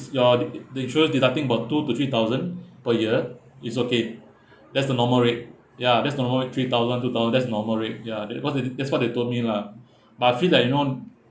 your t~ the insurance deducting about two to three thousand per year is okay that's the normal rate ya that's normal rate three thousand two thousand that's normal rate ya that's what they that's what they told me lah but I feel like you know